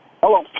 Hello